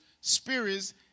spirits